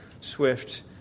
swift